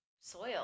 soil